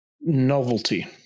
novelty